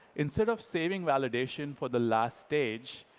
instead of saving validation for the last stage,